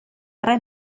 tre